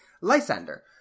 Lysander